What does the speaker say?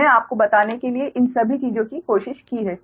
मैंने आपको बताने के लिए इन सभी चीजों की कोशिश की है